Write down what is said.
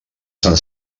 sant